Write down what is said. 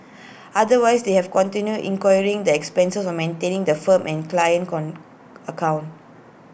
otherwise they have continue incurring the expenses of maintaining the firm and client con account